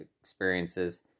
experiences